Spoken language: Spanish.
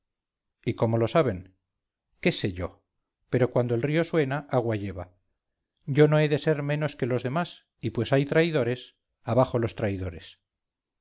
y cómo lo saben qué sé yo pero cuando el río suena agua lleva yo no he de ser menos que los demás y pues hay traidores abajo los traidores